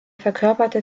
verkörperte